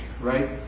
right